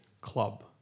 club